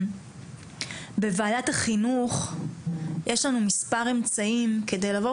בבעיית החינוך יש לנו מספר אמצעים כדי לבוא